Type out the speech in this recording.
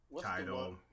Title